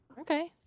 Okay